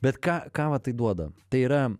bet ką ką va tai duoda tai yra